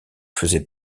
faisait